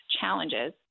challenges